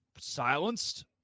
silenced